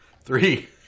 Three